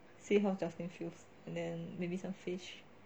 see how justin feels and then maybe some fish